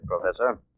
Professor